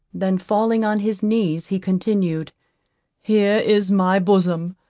then falling on his knees, he continued here is my bosom.